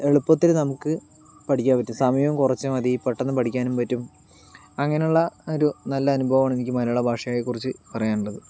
എളുപ്പത്തിൽ നമുക്ക് പഠിക്കാൻ പറ്റും സമയം കുറച്ചു മതി പെട്ടെന്നു പഠിക്കാനും പറ്റും അങ്ങനെയുള്ള ഒരു നല്ല അനുഭവമാണ് എനിക്ക് മലയാള ഭാഷയെക്കുറിച്ചു പറയാനുള്ളത്